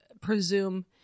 presume